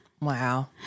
Wow